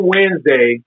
Wednesday